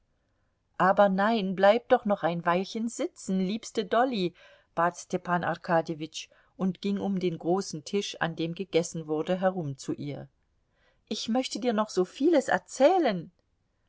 aber nein bleib doch noch ein weilchen sitzen liebste dolly bat stepan arkadjewitsch und ging um den großen tisch an dem gegessen wurde herum zu ihr ich möchte dir noch so vieles erzählen